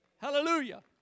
Hallelujah